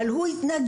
אבל הוא התנגד,